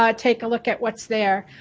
ah take a look at what's there.